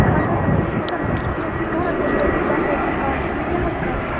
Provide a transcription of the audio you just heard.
اہن حظ اَسہِ حظ چھِ پَتَہ مگر أسۍ چھِنہٕ حظ تُہۍ کَران تَمہِ موٗجوٗب دَہ رۄپیہِ کَم وۄنۍ کہِ حظ کَرٕ